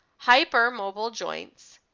hypermobile joints,